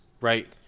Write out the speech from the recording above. right